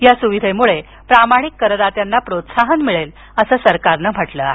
या सुविधेमुळे प्रामाणिक करदात्यांना प्रोत्साहन मिळेल असं सरकारनं म्हटलं आहे